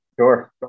Sure